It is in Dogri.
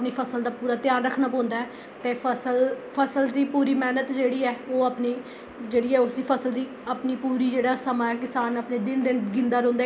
ते फसल दी पूरी मैह्नत जेह्ड़ी ऐ ओह् अपनी जेह्ड़ी ऐ उसी फसल दी अपनी पूरा जेह्ड़ा समां ऐ किसान अपने दिन दिन गिनदा रौहंदा ऐ की अज्ज मेरी फसल किन्नी ऐ अज्ज किन्नी ऐ